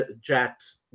Jack's